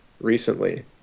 recently